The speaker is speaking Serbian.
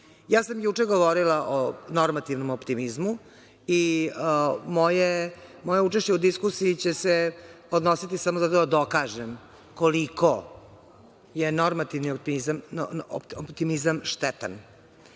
sam govorila o normativnom optimizmu i moje učešće u diskusiji će se odnositi samo da dokažem koliko je to normativni optimizam štetan.